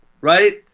right